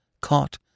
caught